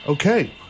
Okay